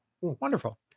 wonderful